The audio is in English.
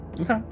Okay